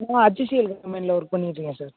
நான் ஹச்சிஎல் கம்பெனியில் ஒர்க் பண்ணிகிட்டு இருக்கேன் சார்